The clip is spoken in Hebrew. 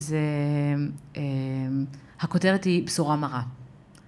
‫הכותרת היא בשורה מראה.